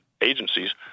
agencies